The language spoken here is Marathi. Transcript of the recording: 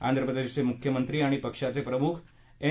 आंध्रप्रदेशचे मुख्यमंत्री आणि पक्षाचे प्रमुख एन